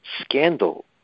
scandal